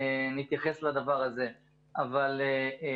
לא היו תאונות דרכים, הייתה